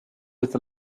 with